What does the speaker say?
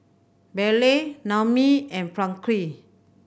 Bailey Naomi and Francisqui